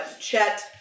Chet